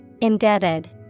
Indebted